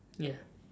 ya